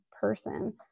person